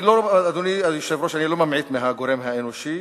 אדוני היושב-ראש, אני לא ממעיט מהגורם האנושי,